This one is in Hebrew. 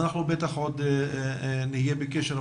אנחנו בטח נהיה בקשר.